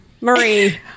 Marie